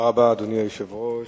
אדוני היושב-ראש,